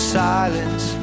silence